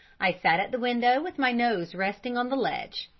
i sat at the window with my nose resting on the ledge,